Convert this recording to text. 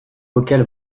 auquel